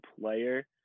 player